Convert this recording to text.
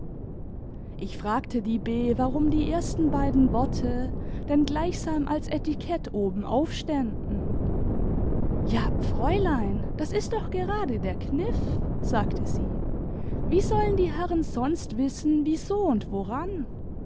ich fragte die b warum die ersten beiden worte denn gleichsam als etikett obenauf ständen ja fräulein das ist doch gerade der kniff sagte sie wie sollen die herren sonst wissen wieso und woran